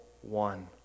one